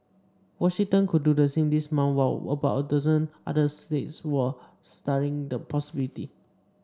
Washington could do the same later this month while about a dozen other states are studying the possibility